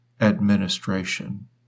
Administration